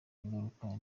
ingaruka